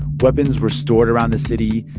weapons were stored around the city.